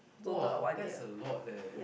!wow! that's a lot there